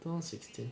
two thousand sixteen